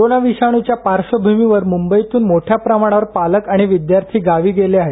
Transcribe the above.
corona विषाणूच्या पार्श्वभूमीवर मुंबईतून मोठ्या प्रमाणावर पालक आणि विद्यार्थी गावी गेले आहेत